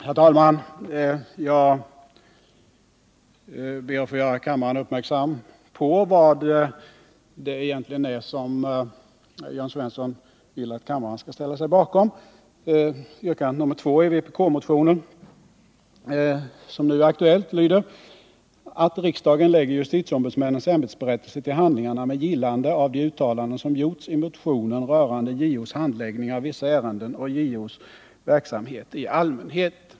Herr talman! Jag ber att få göra kammaren uppmärksam på vad det egentligen är som Jörn Svensson vill att kammaren skall ställa sig bakom. Yrkandet nr I i vpk-motionen, som nu är aktuellt, lyder: ”att riksdagen lägger justitieombudsmännens ämbetsberättelse till handlingarna med gillande av de uttalanden som gjorts i motionen rörande JO:s handläggning av vissa ärenden och JO:s verksamhet i allmänhet”.